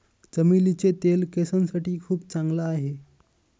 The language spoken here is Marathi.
चमेलीचे तेल केसांसाठी खूप चांगला आहे